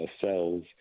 cells